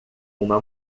uma